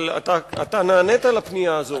אבל אתה נענית לפנייה הזאת.